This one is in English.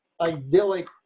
idyllic